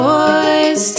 Boys